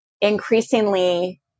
increasingly